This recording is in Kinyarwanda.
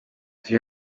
turi